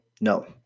No